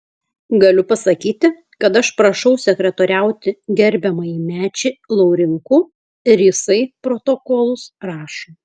galiu pasakyti kad aš prašau sekretoriauti gerbiamąjį mečį laurinkų ir jisai protokolus rašo